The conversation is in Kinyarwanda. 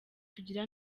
tugira